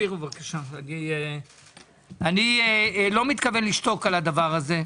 אני לא מתכוון לשתוק על זה.